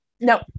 No